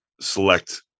select